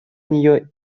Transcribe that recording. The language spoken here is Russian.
нее